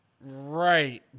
Right